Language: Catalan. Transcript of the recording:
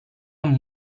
amb